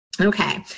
Okay